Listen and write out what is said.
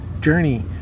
journey